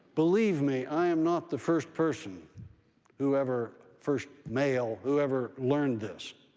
believe me, i am not the first person who ever first male whoever learned this.